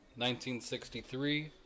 1963